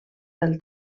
del